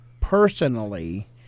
personally